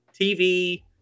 TV